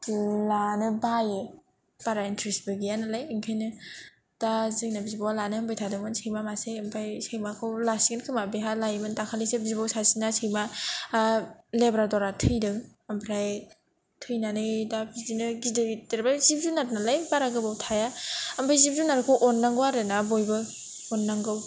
लानो बायो बारा इन्टारेस्टबो गैया नालाय ओंखायनो दा जोंना बिब'आ लानो होनबाय थादोंमोन सैमा मासे ओमफ्राय सैमाखौ लासिगोन खोमा बेहा लायोबा दाखालिसो बिब' सासेना सैमा लेब्राडरआ थैदों ओमफ्राय थैनानै दा बिदिनो गिदिर देरोबा जिब जुनार नालाय बारा गोबाव थाया ओमफ्राय जिब जुनारखौ अननांगौ आरोना बयबो अननांगौ